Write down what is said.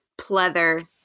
pleather